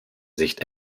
sicht